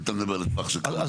אם אתה מדבר על הטווח של כמה שנים.